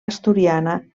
asturiana